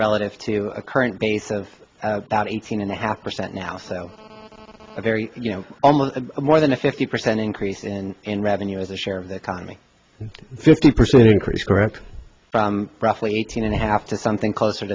relative to the current base of about eighteen and a half percent now so a very you know almost more than a fifty percent increase in revenue as a share of the economy fifty percent increase correct roughly eighteen and a half to something closer